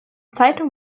zeitung